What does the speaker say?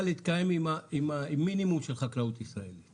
להתקיים עם מינימום של חקלאות ישראלית.